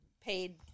paid